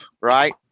right